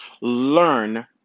learn